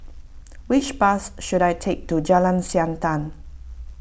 which bus should I take to Jalan Siantan